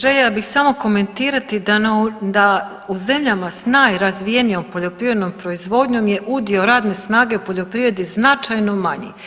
Željela bih samo komentirati da u zemljama s najrazvijenijom poljoprivrednom proizvodnjom je udio radne snage u poljoprivredi značajno manji.